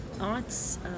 Arts